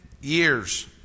years